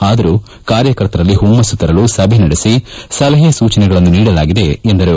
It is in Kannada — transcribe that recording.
ಆದರೂ ಕಾರ್ಯಕರ್ತರಲ್ಲಿ ಹುಮ್ನಸ್ನು ತರಲು ಸಭೆ ನಡೆಸಿ ಸಲಹೆ ಸೂಚನೆಗಳನ್ನು ನೀಡಲಾಗಿದೆ ಎಂದರು